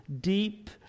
deep